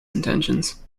intentions